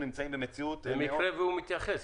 במקרה שהוא מתייחס.